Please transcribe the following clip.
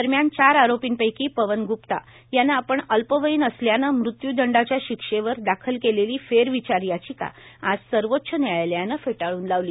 दरम्यान चार आरोर्पीपैकी पवन ग्रेप्ता यानं आपण अल्पवयीन असल्यानं मृत्यूदंडाच्या शिक्षेवर दाखल केलेली फेरविचार याचिका आज सर्वोच्च न्यायालयानं फेटाळून लावली